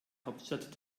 hauptstadt